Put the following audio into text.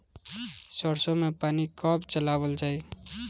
सरसो में पानी कब चलावल जाई?